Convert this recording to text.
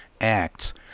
acts